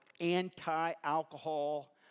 anti-alcohol